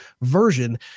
version